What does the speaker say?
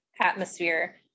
atmosphere